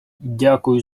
дякую